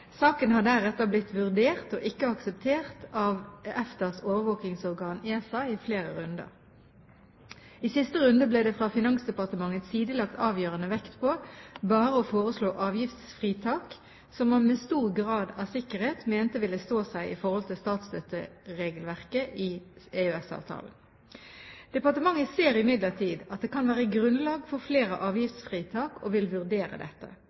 Saken har deretter blitt vurdert og ikke akseptert av EFTAs overvåkingsorgan – ESA – i flere runder. I siste runde ble det fra Finansdepartementets side lagt avgjørende vekt på bare å foreslå avgiftsfritak som man med stor grad av sikkerhet mente ville stå seg i forhold til statsstøtteregelverket i EØS-avtalen. Departementet ser imidlertid at det kan være grunnlag for flere avgiftsfritak og vil vurdere dette.